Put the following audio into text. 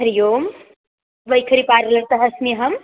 हरिः ओं वैखरि पार्लर्तः अस्मि अहम्